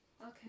okay